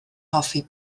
hoffi